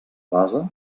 base